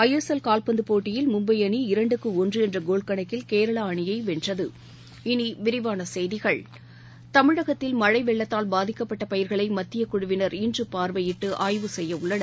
ISL கால்பந்தபோட்டியில் மும்பைஅணி இரண்டுக்கு ஒன்றுஎன்றகோல் கணக்கில் கேரளாஅணியைவென்றது இனிவிரிவானசெய்திகள் தமிழகத்தில் மழைவெள்ளத்தால் பாதிக்கப்பட்டபயிர்களைமத்தியக் குழுவினர் இன்றுபார்வையிட்டுஆய்வு செய்யஉள்ளனர்